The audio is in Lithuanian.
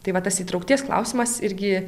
tai va tas įtraukties klausimas irgi